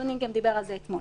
אדוני גם דיבר על זה אתמול.